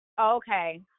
okay